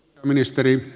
ministeri